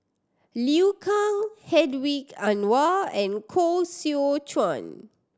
Liu Kang Hedwig Anuar and Koh Seow Chuan